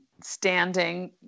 standing